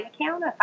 account